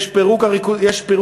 יש פירוק פירמידות,